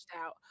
out